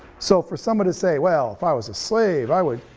so for someone to say, well if i was a slave, i would,